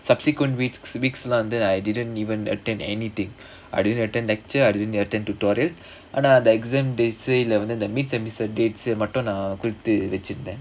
subsequent week weeks civics lah வந்து:vandhu I didn't even attend anything I didn't attend lecture I didn't attend tutorial ஆனா இந்த:aanaa indha exam they say mid semester dates மட்டும் நான் கூப்டு வச்சிருந்தேன்:mattum naan koopdu vachirunthaen